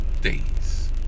days